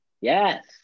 yes